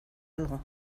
algo